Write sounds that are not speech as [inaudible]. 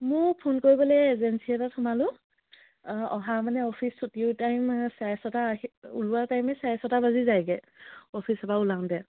মোক ফোন কৰিবলে এজেঞ্চি এটাত সোমালোঁ অহা মানে অফিচ ছুটিও টাইম চাৰে ছয়টা [unintelligible] ওলোৱা টাইমে চাৰে ছয়টা বাজি যায়গৈ অফিচৰ পৰা ওলাওঁতে